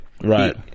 Right